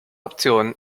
option